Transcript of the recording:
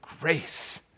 grace